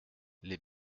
les